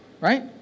right